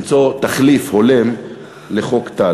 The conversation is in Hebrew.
מההתחייבות של הממשלה לבג"ץ למצוא תחליף הולם לחוק טל.